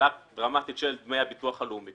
העלאת דמי הביטוח הלאומי.